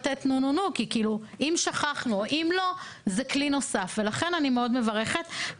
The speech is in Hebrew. שם הוציאו הנחיה לקהילה,